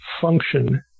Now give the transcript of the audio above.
function